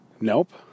Nope